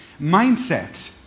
mindset